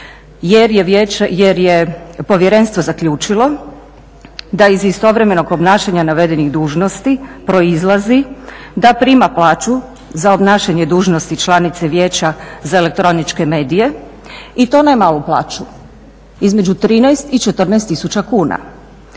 jer je povjerenstvo zaključilo da iz istovremenog obnašanja navedenih dužnosti proizlazi da prima plaću za obnašanje dužnosti članice Vijeća za elektroničke medije i to ne malu plaću, između 13 i 14 tisuća